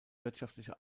wirtschaftliche